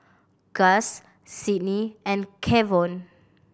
Gus Sidney and Kevon